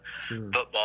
football